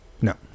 No